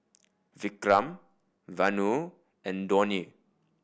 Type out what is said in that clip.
Vikram Vanu and Dhoni